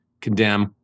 condemn